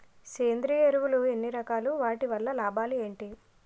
సేంద్రీయ ఎరువులు ఎన్ని రకాలు? వాటి వల్ల లాభాలు ఏంటి?